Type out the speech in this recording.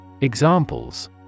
Examples